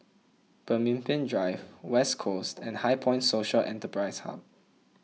Pemimpin Drive West Coast and HighPoint Social Enterprise Hub